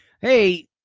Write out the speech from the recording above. hey